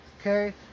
okay